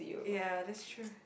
ya that's true